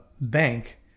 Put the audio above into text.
bank